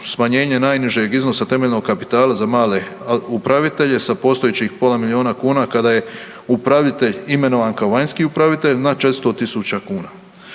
smanjenje najnižeg iznosa temeljnog kapitala za male upravitelje sa postojećih pola milijuna kuna kada je upravitelj imenovan kao vanjski upravitelj na 400.000 kuna.